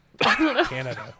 Canada